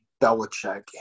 Belichick